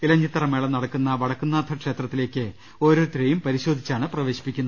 ഇലഞ്ഞിത്തറ മേളം നടക്കുന്ന വടക്കു ന്നാഥ ക്ഷേത്രത്തിലേയ്ക്ക് ഓരോരുത്തരേയും പരിശോ ധിച്ചാണ് പ്രവേശിപ്പിക്കുക